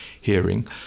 hearing